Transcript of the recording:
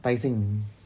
tai seng